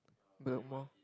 Bedok Mall